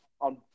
on